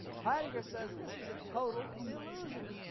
heidegger says, this is a total illusion.